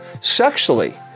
sexually